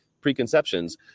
preconceptions